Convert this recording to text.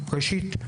ראשית,